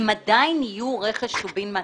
הם עדיין יהיו רכש טובין מהתעשייה.